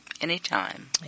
Anytime